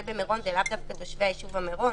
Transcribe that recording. במירון הם לאו דווקא תושבי היישוב מירון,